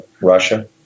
Russia